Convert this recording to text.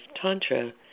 Tantra